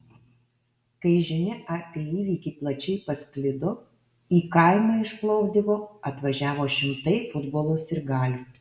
kai žinia apie įvykį plačiai pasklido į kaimą iš plovdivo atvažiavo šimtai futbolo sirgalių